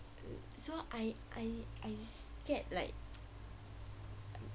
so I I I scared like